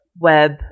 web